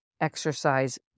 exercise